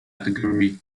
category